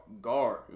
guard